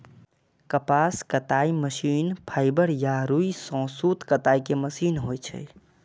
कपास कताइ machine fibre या रुइ सं सूत कताइ के मशीन होइ छै